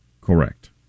Correct